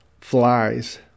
flies